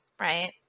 right